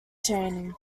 chaining